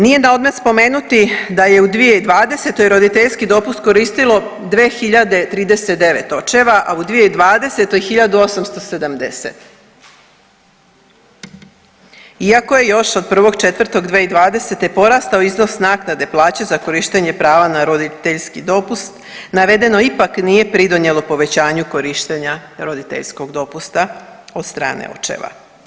Nije na odmet spomenuti da je u 2020. roditeljski dopust koristilo 2.039, a u 2020. 1.870, iako je još od 1.4.2020. porastao iznos naknade plaće za korištenje prava na roditeljski dopust navedeno ipak nije pridonijelo povećanju korištenja roditeljskog dopusta od strane očeva.